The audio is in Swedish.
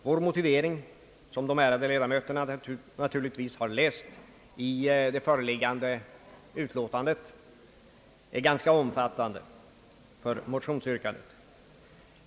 Vår motivering för motionsyrkandet, vilken de ärade ledamöterna naturligtvis har läst i det föreliggande utlåtandet, är ganska omfattande.